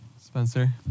Spencer